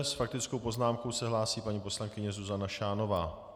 S faktickou poznámkou se hlásí paní poslankyně Zuzana Šánová.